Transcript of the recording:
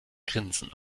grinsen